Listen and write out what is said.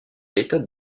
l’état